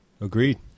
agreed